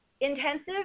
intensive